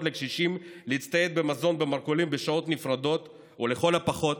לקשישים להצטייד במזון במרכולים בשעות נפרדות ולכל הפחות